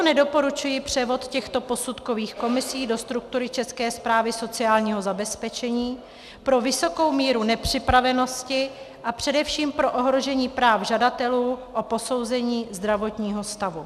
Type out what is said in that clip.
Nedoporučuji proto převod těchto posudkových komisí do struktury České správy sociálního zabezpečení pro vysokou míru nepřipravenosti a především pro ohrožení práv žadatelů o posouzení zdravotního stavu.